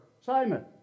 Simon